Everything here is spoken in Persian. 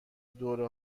دوره